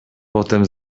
potem